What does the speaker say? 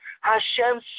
Hashem